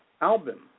album